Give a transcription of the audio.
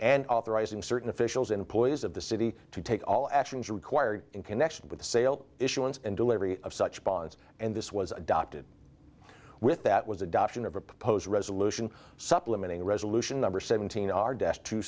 and authorizing certain officials employees of the city to take all actions required in connection with the sale issuance and delivery of such bonds and this was adopted with that was adoption of a proposed resolution supplementing the resolution number seventeen our debt to